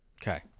Okay